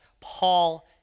Paul